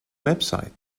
website